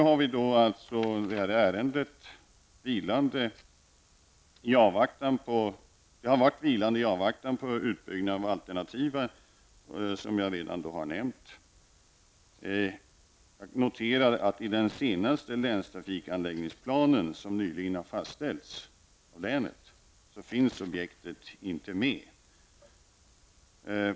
Ärendet har således varit vilande i avvaktan på en utbyggnad, som jag redan nämnt. Jag noterar att det här objektet i den senaste länstrafikanläggningsplanen, som nyligen har fastställts av länet, inte finns med.